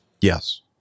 Yes